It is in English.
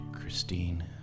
Christine